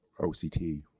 OCT